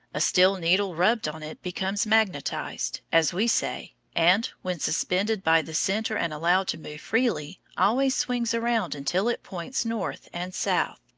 a steel needle rubbed on it becomes magnetized, as we say, and, when suspended by the center and allowed to move freely, always swings around until it points north and south.